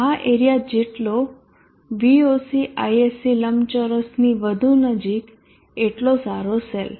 આ એરીયા જેટલો V oc Isc લંબચોરસની વધુ નજીક એટલો સારો સેલ